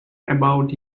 about